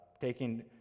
taking